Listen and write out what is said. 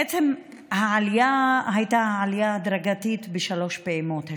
בעצם העלייה הייתה עלייה הדרגתית בשלוש פעימות השנה,